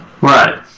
Right